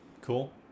cool